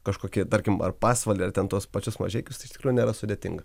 kažkokį tarkim ar pasvalį ar ten tuos pačius mažeikius tai iš tikrųjų nėra sudėtinga